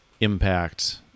impact